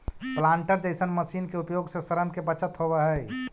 planter जईसन मशीन के उपयोग से श्रम के बचत होवऽ हई